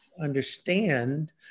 understand